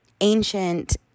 ancient